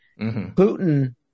Putin